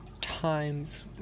times